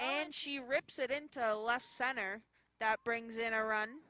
and she rips it into a laugh center that brings in iran